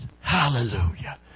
Hallelujah